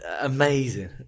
amazing